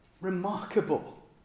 Remarkable